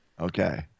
Okay